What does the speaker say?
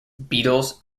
beetles